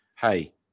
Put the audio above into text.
Hey